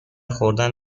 خوردن